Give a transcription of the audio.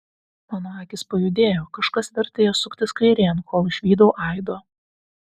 mano akys pajudėjo kažkas vertė jas suktis kairėn kol išvydau aido